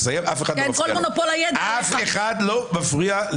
זה הסגנון של קריב ממפלגת העבודה, מפלגה בגסיסה.